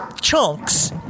chunks